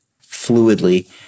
fluidly